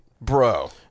bro